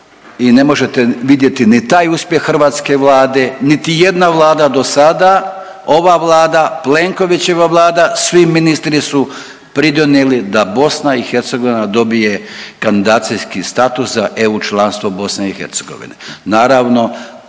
i ne možete vidjeti ni taj uspjeh hrvatske Vlade, niti jedna vlada do sada, ova Vlada, Plenkovićeva Vlada, svi ministri su pridonijeli da BiH dobije kandidacijski status za EU članstvo BiH. Naravno,